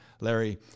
Larry